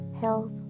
health